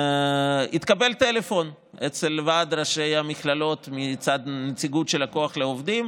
התקבל טלפון אצל ועד ראשי המכללות מצד נציגות של כוח לעובדים: